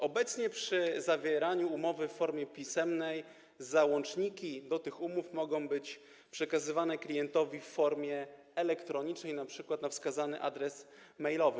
Obecnie przy zawieraniu umów w formie pisemnej załączniki do nich mogą być przekazywane klientowi w formie elektronicznej, np. pod wskazany adres e-mailowy.